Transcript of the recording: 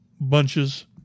bunches